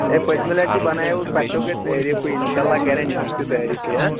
ہَے پٔتمہِ لَٹہِ تہِ بَناوٕ پَژھٮ۪و کٔرۍ تعٲریٖفٕے اِنشاء اللہ کَرٮ۪ن یِہُس تہِ تٲریٖفٕے ہاں